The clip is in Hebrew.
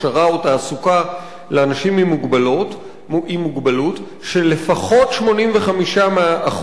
הכשרה או תעסוקה לאנשים עם מוגבלות שלפחות 85%